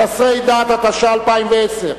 לחסרי דת, התש"ע 2010,